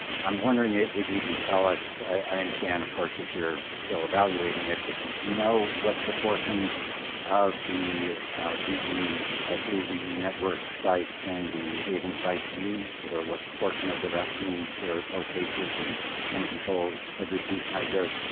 i'm wondering if you can tell us i understand, of course, that you're still evaluating it, but do you know what proportion of the ve, flu ve network sites and the haven sites use or what proportion of the those vaccinated or or cases and and controls have received high dose?